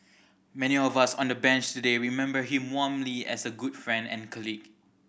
many of us on the bench today remember him warmly as a good friend and colleague